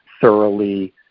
thoroughly